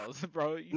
bro